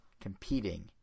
competing